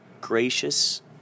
gracious